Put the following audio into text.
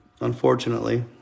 unfortunately